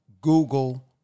Google